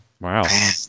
Wow